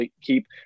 keep